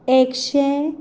एकशे